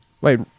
wait